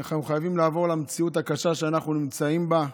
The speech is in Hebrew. אנחנו חייבים לעבור למציאות הקשה שאנחנו נמצאים בה: